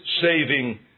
saving